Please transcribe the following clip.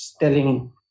telling